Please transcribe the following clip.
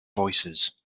voices